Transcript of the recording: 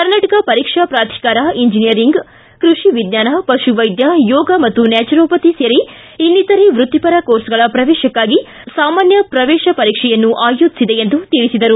ಕರ್ನಾಟಕ ಪರೀಕ್ಷಾ ಪ್ರಾಧಿಕಾರವು ಇಂಜಿನೀಯರಿಂಗ್ ಕೈಷಿ ವಿಜ್ಞಾನ ಪಶುವೈದ್ಯ ಯೋಗ ಮತ್ತು ನ್ಯಾಚುರೋಪತಿ ಸೇರಿ ಇನ್ನಿತರೆ ವೃತ್ತಿಪರ ಕೋರ್ಸ್ಗಳ ಪ್ರವೇಶಕ್ಕಾಗಿ ಸಾಮಾನ್ಯ ಪ್ರವೇಶ ಪರೀಕ್ಷೆಯನ್ನು ಆಯೋಜಸಲಾಗಿದ ಎಂದು ತಿಳಿಸಿದರು